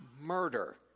murder